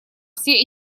все